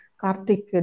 Kartik